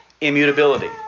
immutability